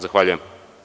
Zahvaljujem.